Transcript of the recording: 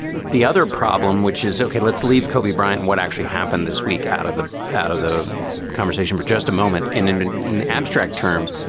the the other problem, which is, okay, let's leave. kobe bryant, what actually happened this week out of the out of the conversation for just a moment in and and in abstract terms,